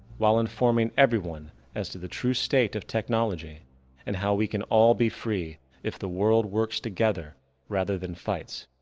while informing everyone as to the true state of technology and how we can all be free if the world works together rather than fights.